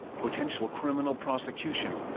potential criminal prosecution